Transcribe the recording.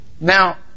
Now